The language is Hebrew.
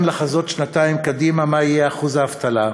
לחזות שנתיים קדימה מה יהיה אחוז האבטלה,